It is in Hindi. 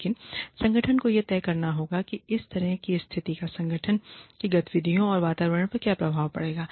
लेकिन संगठन को यह तय करना होगा कि इस तरह की स्थिति का संगठन की गतिविधियों और वातावरण पर क्या प्रभाव पड़ेगा